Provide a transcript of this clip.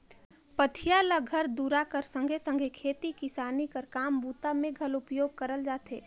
पथिया ल घर दूरा कर संघे सघे खेती किसानी कर काम बूता मे घलो उपयोग करल जाथे